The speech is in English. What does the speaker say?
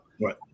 Right